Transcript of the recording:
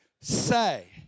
say